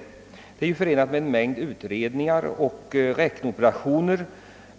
Beviljandet av bostadstillägg är förenat med en mängd utredningar och räkneoperationer,